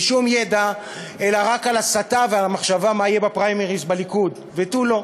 ושום ידע אלא רק על הסתה ועל המחשבה מה יהיה בפריימריז בליכוד ותו לא.